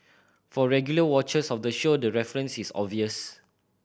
for regular watchers of the show the reference is obvious